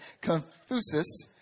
Confucius